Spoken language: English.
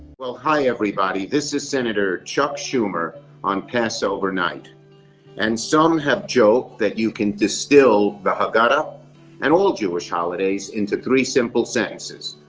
well, hi everybody. this is senator chuck schumer on passover night and some have joked that you can distill the haggadah and all jewish holidays into three simple sentences.